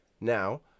now